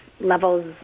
levels